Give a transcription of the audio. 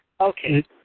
okay